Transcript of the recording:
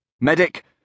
Medic